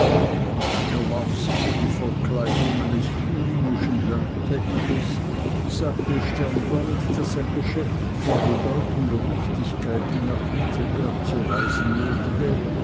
er warf sich in die verkleidung eines thüringischen landpächters sagte sternbald daß ein geschäft von bedeutender wichtigkeit ihn nach wittenberg zu reisen nötige